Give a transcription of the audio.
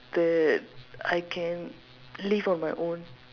that I can live on my own